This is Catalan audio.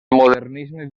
modernisme